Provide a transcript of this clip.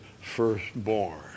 firstborn